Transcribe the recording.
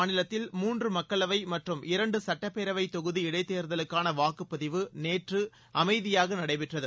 மாநிலத்தில் மூன்று மக்களவை மற்றம் இரண்டு சட்டப்பேரவைத் தொகுதி கர்நாடகா இடைத்தேர்தலுக்கான வாக்குப்பதிவு நேற்று அமைதியாக நடைபெற்றது